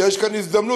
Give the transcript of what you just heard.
שיש כאן הזדמנות,